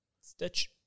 Stitch